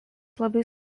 labai